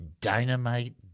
Dynamite